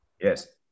Yes